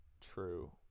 True